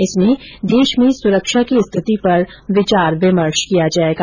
इसमें देश में सुरक्षा की स्थिति पर विचार विमर्श किया जायेगा